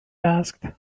asked